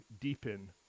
deepen